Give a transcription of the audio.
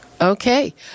Okay